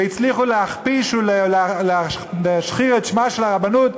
והצליחו להכפיש ולהשחיר את שמה של הרבנות,